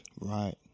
right